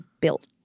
built